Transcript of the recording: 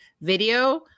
video